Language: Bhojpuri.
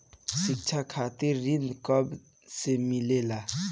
शिक्षा खातिर ऋण कब से मिलेला?